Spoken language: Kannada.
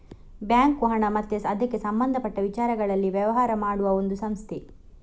ಬ್ಯಾಂಕು ಹಣ ಮತ್ತೆ ಅದಕ್ಕೆ ಸಂಬಂಧಪಟ್ಟ ವಿಚಾರಗಳಲ್ಲಿ ವ್ಯವಹಾರ ಮಾಡುವ ಒಂದು ಸಂಸ್ಥೆ